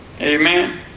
amen